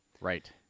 Right